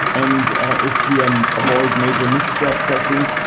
and if we um avoid major missteps, i think,